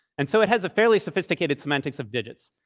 and so it has a fairly sophisticated semantics of digits.